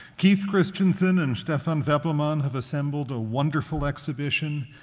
keith christiansen and stefan weppelmann have assembled a wonderful exhibition.